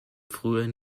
frühen